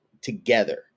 together